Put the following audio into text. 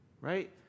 right